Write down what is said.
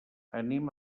anem